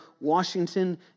Washington